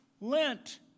Lent